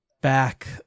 back